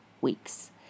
weeks